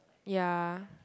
ya